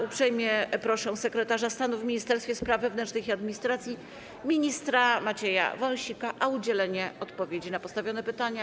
Uprzejmie proszę sekretarza stanu w Ministerstwie Spraw Wewnętrznych i Administracji ministra Macieja Wąsika o udzielenie odpowiedzi na postawione pytania.